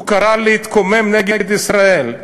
הוא קרא להתקומם נגד ישראל.